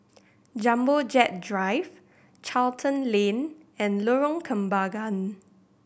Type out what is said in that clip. Jumbo Jet Drive Charlton Lane and Lorong Kembagan